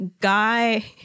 guy